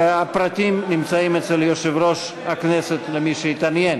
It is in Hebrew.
הפרטים נמצאים אצל יושב-ראש הכנסת, למי שיתעניין.